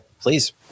Please